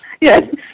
Yes